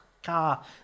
car